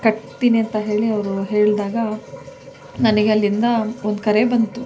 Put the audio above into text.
ಕಟ್ತೀನಿ ಅಂತ ಹೇಳಿ ಅವರು ಹೇಳಿದಾಗ ನನಗೆ ಅಲ್ಲಿಂದ ಒಂದು ಕರೆ ಬಂತು